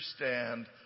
understand